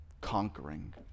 conquering